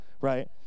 right